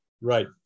Right